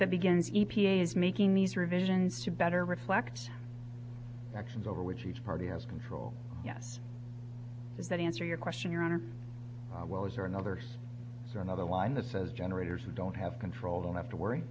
that begins e p a is making these revisions to better reflect actions over which each party has control yes does that answer your question your honor well as or another or another line that says generators don't have control don't have to worry